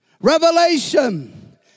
Revelation